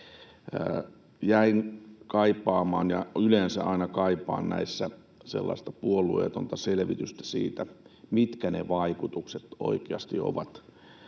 Jäin kaipaamaan — ja yleensä aina kaipaan näissä — sellaista puolueetonta selvitystä siitä, mitkä oikeasti ovat